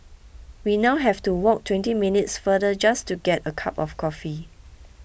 we now have to walk twenty minutes farther just to get a cup of coffee